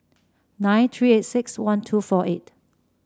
nine three eight six one two four eight